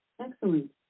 Excellent